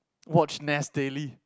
watch Nas-Daily